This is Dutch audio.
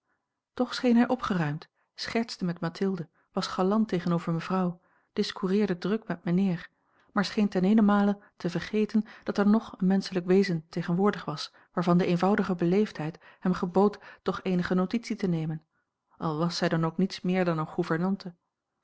scheen hij opgeruimd schertste met mathilde was galant tegenover mevrouw discoureerde druk met mijnheer maar scheen ten eenen male te vergeten dat er nog een menschelijk wezen tegenwoordig was waarvan de eenvoudige beleefdheid hem gebood toch eenige notitie te nemen al was zij dan ook niets meer dan eene